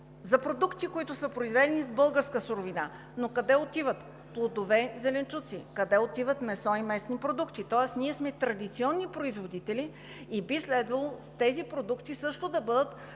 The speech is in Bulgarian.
за продукти, които са произведени с българска суровина. Но къде отиват плодове, зеленчуци, къде отиват месо и месни продукти? Тоест ние сме традиционни производители и би следвало тези продукти също да бъдат